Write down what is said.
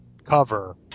cover